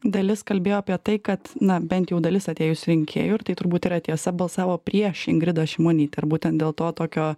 dalis kalbėjo apie tai kad na bent jau dalis atėjusių rinkėjų ir tai turbūt yra tiesa balsavo prieš ingridą šimonytę ir būtent dėl to tokio